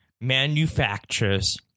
manufactures